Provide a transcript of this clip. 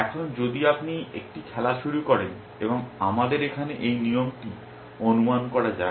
এখন যদি আপনি একটি খেলা শুরু করেন এবং আমাদের এখানে এই নিয়মটি অনুমান করা যাক